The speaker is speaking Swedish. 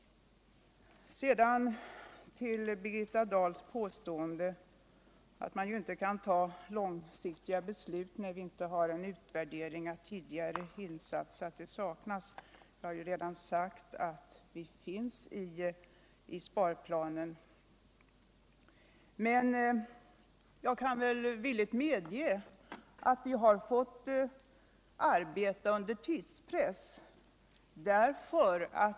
Sedan till Birgitta Dahls påstående att vi inte bör fatta långsiktiga beslut när en utvärdering av tidigare insatser saknas. Jag har redan sagt att det finns en sådan i sparplanen. Men jag kan väl villigt medge av vi har måst arbeta under tidspress.